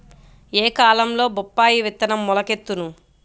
ఏ కాలంలో బొప్పాయి విత్తనం మొలకెత్తును?